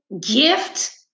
gift